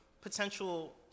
potential